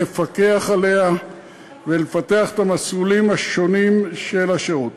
לפקח עליה ולפתח את המסלולים השונים של השירות.